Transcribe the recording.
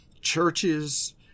churches